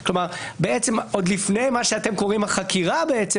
בעצם עוד לפני מה שאתם קוראים החקירה בעצם,